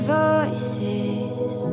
voices